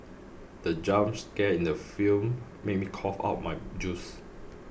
the jump scare in the film made me cough out my juice